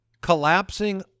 collapsing